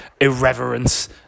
irreverence